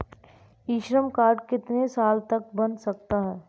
ई Shram card कितने साल तक बन सकता है?